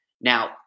Now